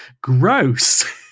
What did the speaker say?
gross